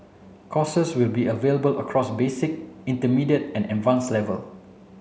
courses will be available across basic intermediate and advanced level